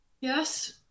Yes